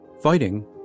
fighting